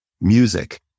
music